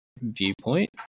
viewpoint